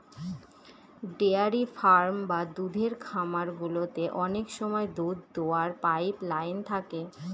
dairy farm বা দুধের খামার গুলোতে অনেক সময় দুধ দোওয়ার পাইপ লাইন থাকে